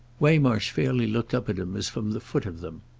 waymarsh fairly looked up at him as from the foot of them.